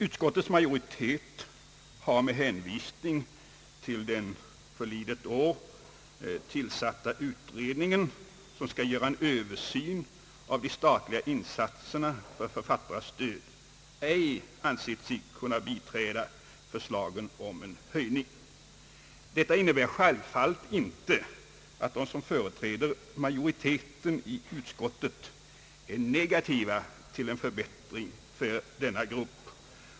Utskottets majoritet har med hänvisning till den förlidet år tillsatta utredningen, som skall göra en översyn av de statliga insatserna för direkt författarstöd, ej ansett sig kunna biträda förslaget om en höjning. Detta innebär självfallet inte att de som företräder majoriteten i utskottet är negativa till en förbättring av stödet till denna grupp.